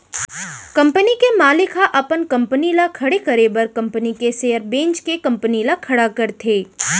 company के मालिक ह अपन कंपनी ल खड़े करे बर कंपनी के सेयर बेंच के कंपनी ल खड़ा करथे